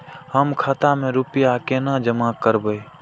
हम खाता में रूपया केना जमा करबे?